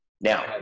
Now